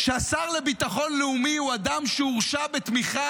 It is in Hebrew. שהשר לביטחון לאומי הוא אדם שהורשע בתמיכה